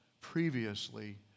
previously